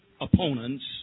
opponents